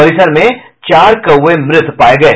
परिसर में चार कौवे मृत पाये गये